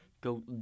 go